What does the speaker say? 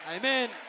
Amen